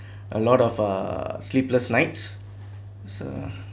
a lot of uh sleepless nights is a